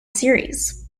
series